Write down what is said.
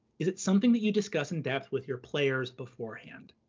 is it something that you discuss in depth with your players beforehand?